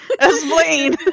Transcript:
explain